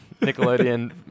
Nickelodeon